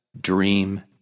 dream